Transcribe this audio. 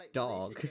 dog